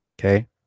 Okay